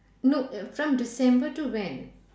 no uh from december to when